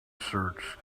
search